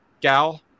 gal